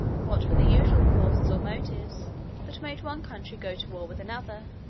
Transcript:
what were the usual causes or motives that made one country go to war with another?